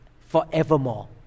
forevermore